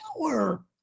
power